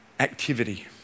Activity